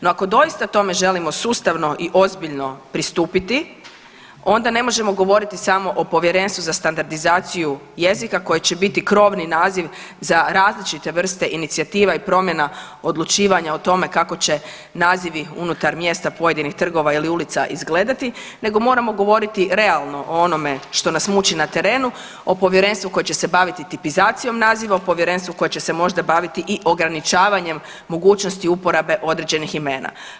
No ako doista tome želimo sustavno i ozbiljno pristupiti onda ne možemo govoriti samo o Povjerenstvu za standardizaciju jezika koje će biti krovni naziv za različite vrste inicijativa i promjena odlučivanja o tome kako će nazivi unutar mjesta pojedinih trgova ili ulica izgledati nego moramo govoriti realno o onome što nas muči na terenu o povjerenstvu koje će se baviti tipizacijom naziva, povjerenstvu koje će se možda baviti i ograničavanjem mogućnosti uporabe određenih imena.